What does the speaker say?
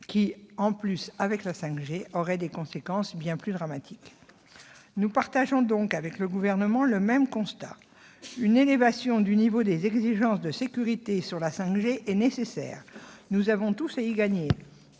déploiement de la 5G, aurait des conséquences bien plus dramatiques ! Nous partageons donc avec le Gouvernement le même constat : une élévation du niveau des exigences de sécurité sur la 5G est nécessaire. Nous avons tous à y gagner